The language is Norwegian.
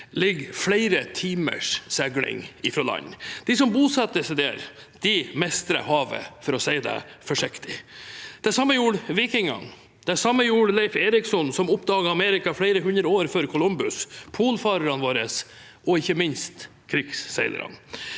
ligger flere timers seiling fra land. De som bosatte seg der, mestret havet, for å si det forsiktig. Det samme gjorde vikingene, det samme gjorde Leiv Eiriksson – som oppdaget Amerika flere hundre år før Columbus – polfarerne våre og ikke minst krigsseilerne.